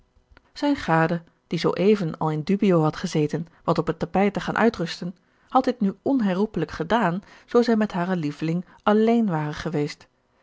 zijne gade die zoo even al in dubio had gezeten wat op het tapijt te gaan uitrusten had dit nu onherroepelijk gedaan zoo zij met haren lieveling alléén ware geweest